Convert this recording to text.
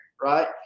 right